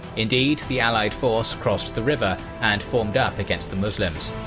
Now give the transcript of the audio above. indeed, the allied force crossed the river and formed up against the muslims.